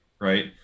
right